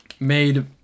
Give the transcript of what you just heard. Made